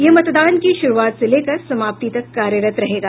यह मतदान के शुरूआत से लेकर समाप्ति तक कार्यरत रहेगा